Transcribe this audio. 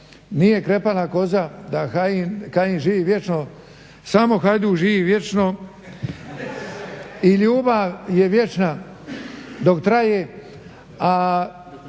nije krepana koza, da Kajin živi vječno samo Hajduk živi vječno i ljubav je vječna, dok traje,